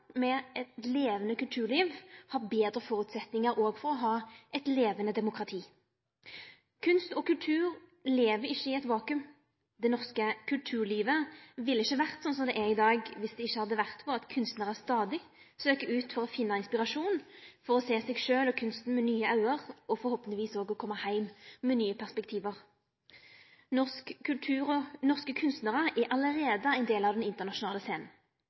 med eit levande kulturliv har betre føresetnader for å ha eit levande demokrati. Kunst og kultur lever ikkje i eit vakuum. Det norske kulturlivet ville ikkje vore som det er i dag viss det ikkje hadde vore for at kunstnarar stadig søker ut for å finne inspirasjon, for å sjå seg sjølv og kunsten med nye auge og forhåpentlegvis også kome heim med nye perspektiv. Norsk kultur og norske kunstnarar er alt ein del av den internasjonale